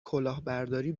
کلاهبرداری